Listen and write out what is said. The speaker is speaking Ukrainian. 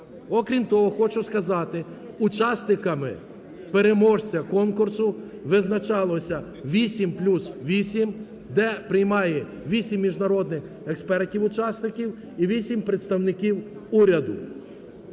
Окрім того, хочу сказати, учасниками переможця конкурсу визначалося 8 плюс 8, де приймає 8 міжнародних експертів-учасників і 8 представників уряду.